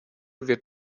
wird